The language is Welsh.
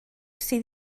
sydd